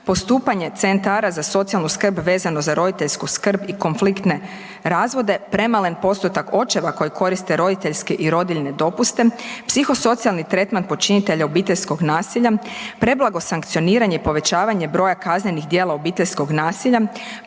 postupanje CZSS-a vezano za roditeljsku skrb i konfliktne razvode, premalen postotak očeva koji koriste roditeljske i rodiljne dopuste, psihosocijalni tretman počinitelja obiteljskog nasilja, preblago sankcioniranje i povećavanje broja kaznenih djela obiteljskog nasilja,